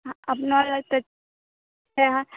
अपना लग तऽ छै